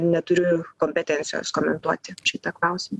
neturiu kompetencijos komentuoti šitą klausimą